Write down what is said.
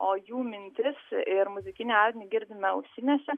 o jų mintis ir muzikinį audinį girdime ausinėse